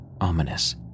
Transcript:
ominous